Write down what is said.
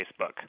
Facebook